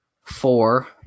four